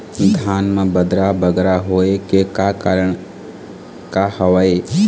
धान म बदरा बगरा होय के का कारण का हवए?